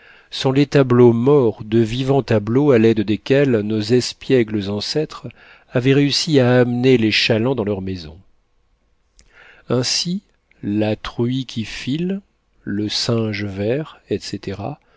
sont les tableaux morts de vivants tableaux à l'aide desquels nos espiègles ancêtres avaient réussi à amener les chalands dans leurs maisons ainsi la truie qui file le singe vert etc